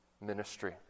ministry